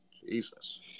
Jesus